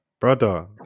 Brother